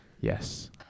Yes